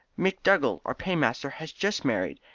mcdougall, our paymaster, has just married,